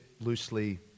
loosely